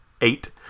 eight